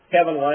Kevin